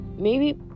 maybe